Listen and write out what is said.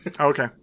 Okay